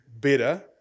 better